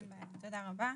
אין בעיה, תודה רבה.